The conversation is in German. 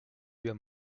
wir